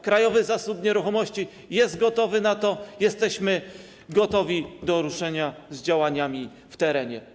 Krajowy Zasób Nieruchomości jest gotowy do tego, jesteśmy gotowi, by ruszyć z działaniami w terenie.